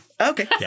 Okay